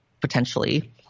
potentially